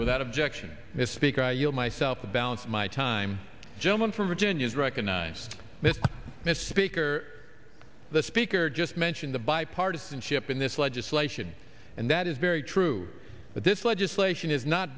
without objection the speaker myself the balance of my time gentleman from virginia is recognized that the speaker the speaker just mentioned the bipartisanship in this legislation and that is very true that this legislation is not